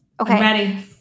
Okay